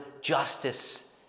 justice